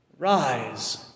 Rise